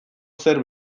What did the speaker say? zer